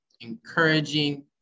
encouraging